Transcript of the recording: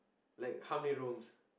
like how many rooms